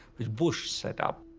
which bush set up.